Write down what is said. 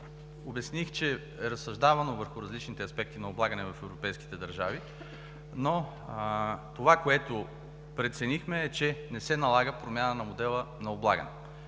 обясних, че е разсъждавано върху различните аспекти на облагане в европейските държави, но това, което преценихме, е, че не се налага промяна на модела на облагане.